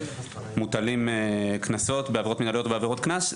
שמוטלים בעבירות מינהליות ובעבירות קנס,